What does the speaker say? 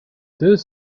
deux